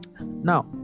Now